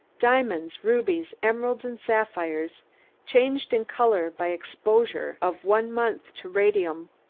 diamonds, rubies, emeralds and sapphires changed in color by exposure of one month to radium.